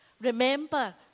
remember